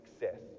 success